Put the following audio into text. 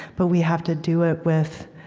but we have to do it with